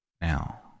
Now